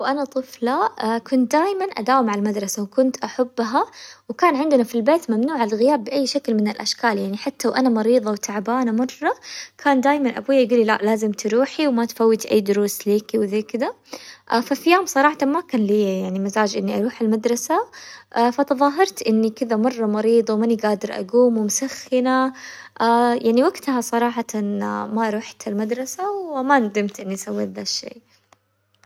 وأنا طفلة كنت دايماً أداوم ع المدرسة وكنت أحبها وكان عندنا في البيت ممنوع الغياب بأي شكل من الأشكال يعني، حتى وأنا مريظة وتعبانة مرة كان دايماً أبوية يقولي لا لازم تروحي وما تفوتي أي دروس ليكي وزي كذا، ففي يوم صراحةً ما كان ليا يعني مزاج إني أروح المدرسة فتظاهرت إني كذا مرة مريضة وماني قادرة أقوم ومسخنة، يعني وقتها صراحةً ما روحت المدرسة وما ندمت إني سويت ذا الشي.